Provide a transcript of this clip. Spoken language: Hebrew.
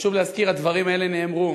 חשוב להזכיר, הדברים האלה נאמרו